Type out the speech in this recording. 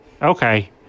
Okay